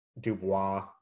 Dubois